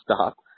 stop